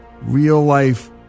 real-life